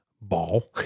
ball